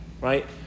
right